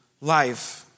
life